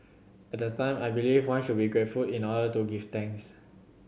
at the time I believed one should be grateful in order to give thanks